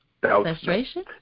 Frustration